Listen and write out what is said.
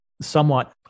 somewhat